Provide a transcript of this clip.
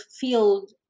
field